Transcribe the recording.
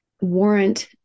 warrant